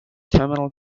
terminal